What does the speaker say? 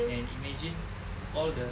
and imagine all the